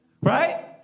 Right